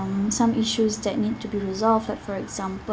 um some issues that need to be resolved like for example